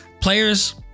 Players